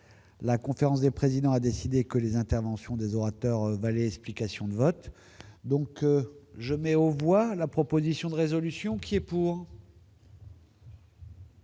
la conférence des présidents a décidé que les interventions des orateurs valaient explication de vote. Je mets aux voix la proposition de résolution.